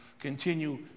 Continue